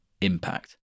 impact